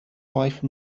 wife